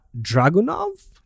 Dragunov